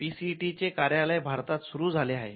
P C टीचे कार्यालय भारतात सुरू झाले आहे